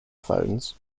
phones